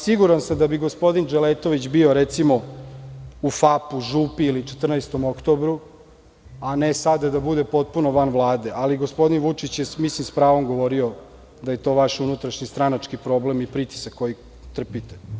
Siguran sam da bi gospodin Dželetović bio, recimo u FAP-u, „Župi“, ili „14 Oktobru“, a ne sada da bude potpuno van Vlade, ali gospodin Vučić je s pravom govorio da je to vaš unutrašnji stranački problem i pritisak koji trpite.